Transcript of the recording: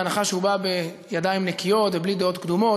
בהנחה שהוא בא בידיים נקיות ובלי דעות קדומות,